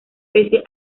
pese